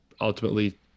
ultimately –